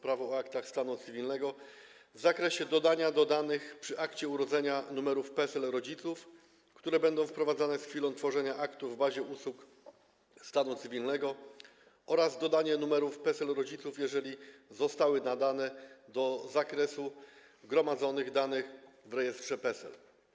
Prawo o aktach stanu cywilnego w celu dodania do danych przy akcie urodzenia numerów PESEL rodziców, które będą wprowadzane z chwilą tworzenia aktów w Bazie Usług Stanu Cywilnego, oraz dodania numerów PESEL rodziców, jeżeli zostały nadane, do zakresu gromadzonych danych w rejestrze PESEL.